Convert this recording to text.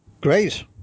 Great